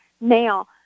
Now